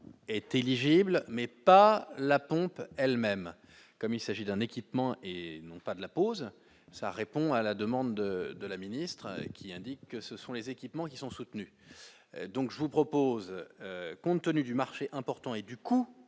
est éligible, mais pas la pompe elle-même, comme il s'agit d'un équipement et non pas de la pause, ça répond à la demande de la ministre, qui indique que ce sont les équipements qui sont soutenus, donc je vous propose, compte tenu du marché important et du coût